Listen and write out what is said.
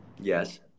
Yes